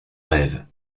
rêve